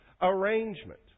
arrangement